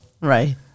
Right